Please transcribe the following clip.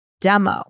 demo